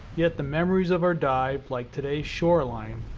yet, the memories of our dive, like today's shoreline,